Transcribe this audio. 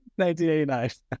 1989